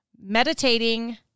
meditating